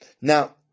Now